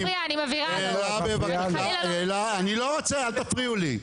אל תפריעו לי,